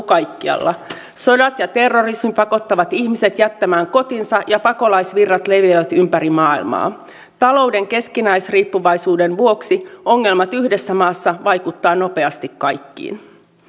kaikkialla sodat ja terrorismi pakottavat ihmiset jättämään kotinsa ja pakolaisvirrat leviävät ympäri maailmaa talouden keskinäisriippuvaisuuden vuoksi ongelmat yhdessä maassa vaikuttavat nopeasti kaikkiin